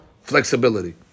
flexibility